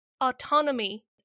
autonomy